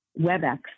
WebEx